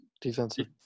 Defensive